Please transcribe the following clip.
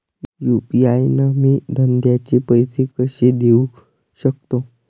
UPI न मी धंद्याचे पैसे कसे देऊ सकतो?